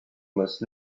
must